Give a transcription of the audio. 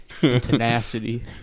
Tenacity